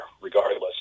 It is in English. regardless